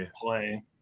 play